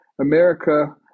America